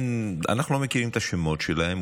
אנחנו לא מכירים את השמות שלהם,